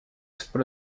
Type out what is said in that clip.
pour